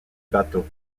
bateau